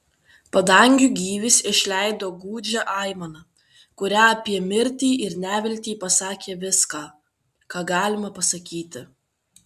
padangių gyvis išleido gūdžią aimaną kuria apie mirtį ir neviltį pasakė viską ką galima pasakyti